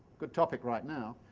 good topic right now.